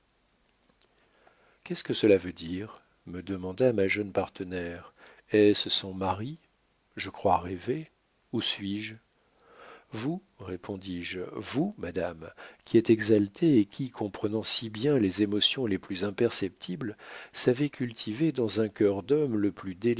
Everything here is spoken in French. qu'est-ce que cela veut dire me demanda ma jeune partenaire est-ce son mari je crois rêver où suis-je vous répondis-je vous madame qui êtes exaltée et qui comprenant si bien les émotions les plus imperceptibles savez cultiver dans un cœur d'homme le plus